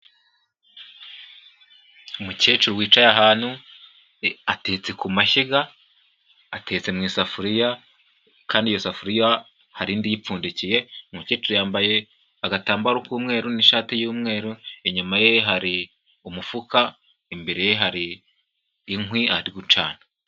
Umukecuru wicaye ahantu atetse ku mashyiga, atetse mu isafuriya kandi iyo safuriya hari indiyipfundikiye. Umukecuru yambaye agatambaro k'umweru n'ishati y'umweru, inyuma ye hari umufuka imbere ye hari inkwi ari gucana.